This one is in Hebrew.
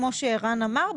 כמו שערן אמר,